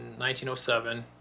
1907